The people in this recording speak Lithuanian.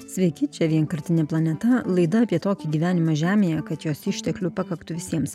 sveiki čia vienkartinė planeta laida apie tokį gyvenimą žemėje kad jos išteklių pakaktų visiems